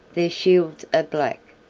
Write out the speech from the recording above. their shields are black,